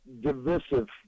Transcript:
divisive